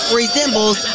resembles